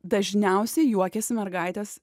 dažniausiai juokiasi mergaitės